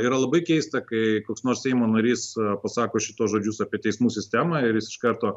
yra labai keista kai koks nors seimo narys pasako šituos žodžius apie teismų sistemą ir jis iš karto